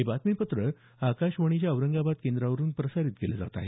हे बातमीपत्र आकाशवाणीच्या औरंगाबाद केंद्रावरून प्रसारित केलं जात आहे